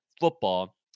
football